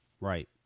Right